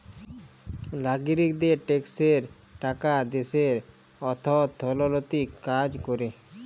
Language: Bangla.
লাগরিকদের ট্যাক্সের টাকা দ্যাশের অথ্থলৈতিক কাজ ক্যরে